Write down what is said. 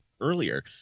earlier